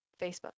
Facebook